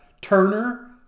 Turner